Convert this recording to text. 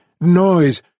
noise